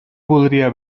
voldria